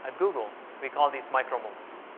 and google we call these micro moments.